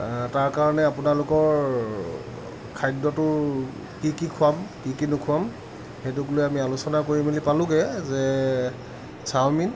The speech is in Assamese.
তাৰ কাৰণে আপোনালোকৰ খাদ্যটো কি কি খুৱাম কি কি নুখুৱাম সেইটোক লৈ আমি আলোচনা কৰি মেলি পালোঁগৈ যে চাওমিন